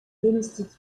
domestique